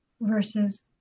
versus